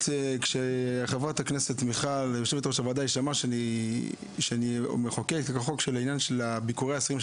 כשיושבת-ראש הוועדה שמעה שאני מחוקק חוק בעניין של ביקורי האסירים,